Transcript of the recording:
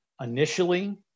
initially